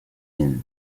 inn